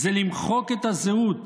זה למחוק את הזהות,